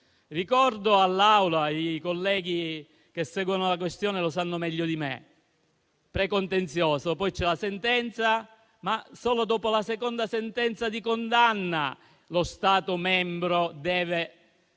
Ricordo all'Aula - e i colleghi che seguono la questione lo sanno meglio di me - che vi è il precontenzioso, poi c'è la sentenza, ma solo dopo la seconda sentenza di condanna lo Stato membro deve sborsare